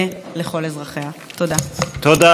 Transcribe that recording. תודה לחברת הכנסת תמר זנדברג.